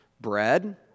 bread